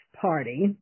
party